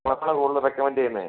കൂടുതൽ റെക്കമെൻറ്റ് ചെയ്യുന്നത്